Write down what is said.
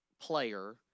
player